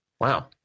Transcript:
Wow